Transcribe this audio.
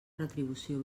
retribució